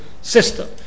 system